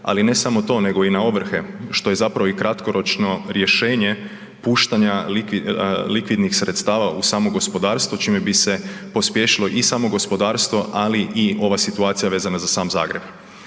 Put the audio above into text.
ali ne samo to nego i na ovrhe, što je zapravo i kratkoročno rješenje puštanja likvidnih sredstava u samo gospodarstvo čime bi se pospješilo i samo gospodarstvo, ali i ova situacija vezana za sam Zagreb.